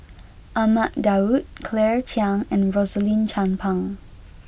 Ahmad Daud Claire Chiang and Rosaline Chan Pang